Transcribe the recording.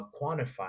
quantify